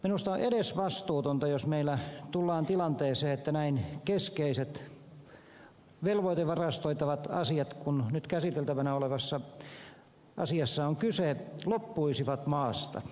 minusta on edesvastuutonta jos meillä tullaan tilanteeseen että näin keskeiset velvoitevarastoitavat asiat kuin mistä nyt käsiteltävänä olevassa asiassa on kyse loppuisivat maasta